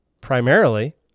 primarily